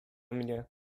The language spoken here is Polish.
mnie